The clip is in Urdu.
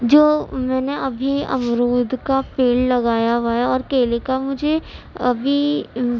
جو میں نے ابھی امرود کا پیڑ لگایا ہوا ہے اور کیلے کا مجھے ابھی